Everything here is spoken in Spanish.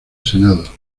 senado